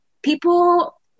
People